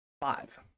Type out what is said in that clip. Five